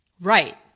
Right